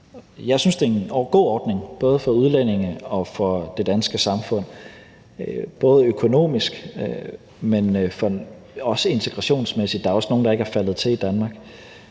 Jeg synes, det er en god ordning, både for udlændinge og for det danske samfund, både økonomisk, men også integrationsmæssigt. Der er også nogle, der ikke er faldet til i Danmark.